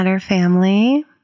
family